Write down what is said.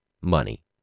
money